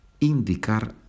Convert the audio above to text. Indicar